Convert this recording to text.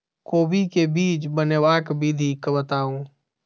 कोबी केँ बीज बनेबाक विधि बताऊ?